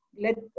let